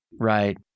Right